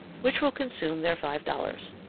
which will consume their five dollars.